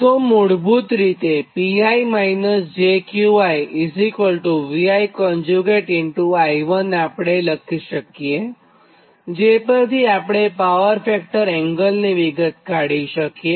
તો મૂળભૂત રીતે Pi jQi ViIi આપણે લખી શકીએજે પરથી આપણે પાવર ફેક્ટર એંગલની વિગત કાઢી શકીએ